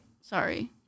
Sorry